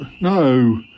no